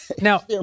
Now